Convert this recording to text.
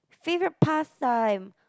favorite pastime